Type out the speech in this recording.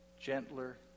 Gentler